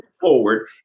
forward